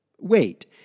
Wait